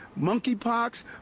monkeypox